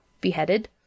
beheaded